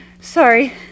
Sorry